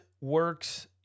works